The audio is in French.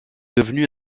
devenu